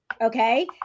Okay